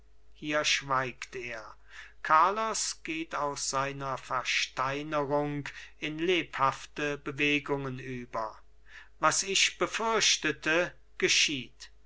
hier schweigt er carlos geht aus seiner versteinerung in lebhafte bewegungen über was ich befürchtete geschieht